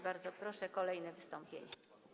Bardzo proszę, kolejne wystąpienie.